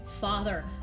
Father